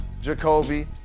Jacoby